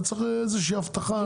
צריך איזושהי אבטחה.